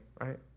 right